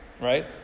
Right